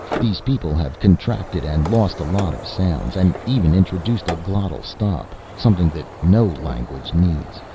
these people have contracted and lost a lot of sounds and even introduced a glottal stop, something that no language needs,